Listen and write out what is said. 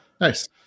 Nice